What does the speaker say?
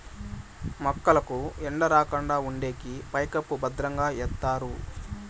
మొక్కలకు ఎండ రాకుండా ఉండేకి పైకప్పు భద్రంగా ఎత్తారు